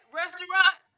restaurant